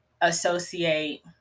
associate